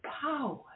power